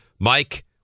Mike